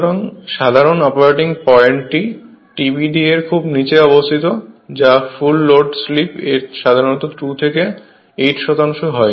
সুতরাং সাধারণ অপারেটিং পয়েন্টটি TBD এর খুব নিচে অবস্থিত যা ফুল লোড স্লিপ এর সাধারণত 2 থেকে 8 শতাংশ হয়